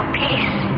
peace